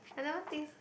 I never think